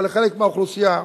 אבל לחלק מהאוכלוסייה,